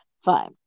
Fine